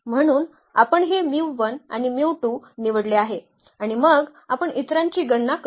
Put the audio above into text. म्हणून आपण हे आणि निवडले आहे आणि मग आपण इतरांची गणना करू